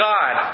God